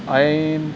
I